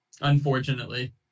unfortunately